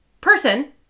person